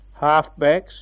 Halfbacks